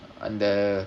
and the